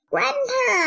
Grandpa